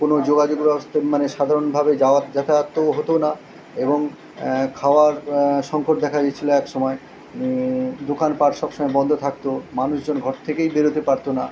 কোনও যোগাযোগ ব্যবস্থা মানে সাধারণভাবে যাওয়া যাতায়াত তো হতো না এবং খাওয়ার সংকট দেখা গেছিলো একসময় দোকানপাট সব সময় বন্ধ থাকতো মানুষজন ঘর থেকেই বেরোতে পারতো না